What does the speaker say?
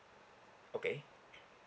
okay